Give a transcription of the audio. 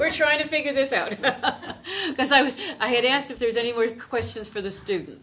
we're trying to figure this out because i was i had asked if there's any were questions for the stupid